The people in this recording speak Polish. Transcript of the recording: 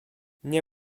nie